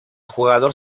jugador